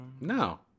No